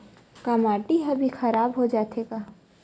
का माटी ह भी खराब हो जाथे का?